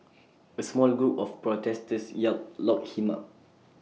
A small group of protesters yelled lock him up